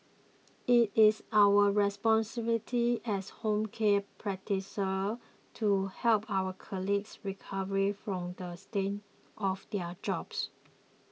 it is our responsibility as home care practitioners to help our colleagues recover from the stain of their jobs